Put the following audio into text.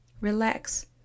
Relax